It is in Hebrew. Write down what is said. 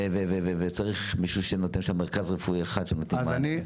צריך שיהיה שם מרכז רפואי אחד שייתן מענה.